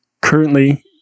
Currently